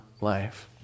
life